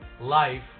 life